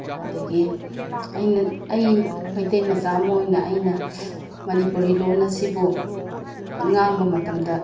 ꯑꯗꯒꯤ ꯑꯩ ꯃꯩꯇꯩ ꯃꯆꯥ ꯑꯃ ꯑꯣꯏꯅ ꯑꯩꯅ ꯃꯅꯤꯄꯨꯔꯤ ꯂꯣꯜ ꯑꯁꯤꯕꯨ ꯉꯥꯡꯕ ꯃꯇꯝꯗ